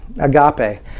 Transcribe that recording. Agape